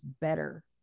better